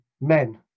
men